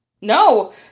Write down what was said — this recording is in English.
No